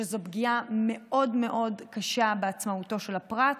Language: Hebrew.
שזו פגיעה מאוד מאוד קשה בעצמאותו של הפרט,